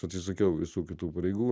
atsisakiau visų kitų pareigų